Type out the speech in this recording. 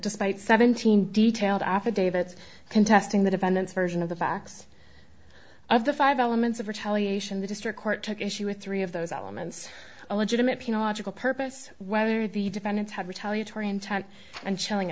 despite seventeen detailed affidavits contesting the defendant's version of the facts of the five elements of which the district court took issue with three of those elements a legitimate pina logical purpose whether the defendants had retaliatory intent and chilling